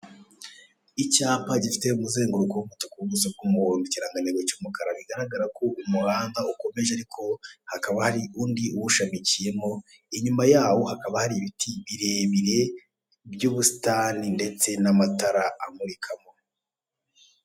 icyapa gifite umuzenguruko w'umutuku, ubuso bw'umuhondo, ikirangantego cy'umukara, bigaragara ko umuhanda ukomeje ariko hakaba hari undi uwushamikiyemo, inyuma yawo hakaba hari ibiti birebire by'ubusitani ndetse n'amatara amurikamo.